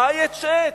ה-IHH,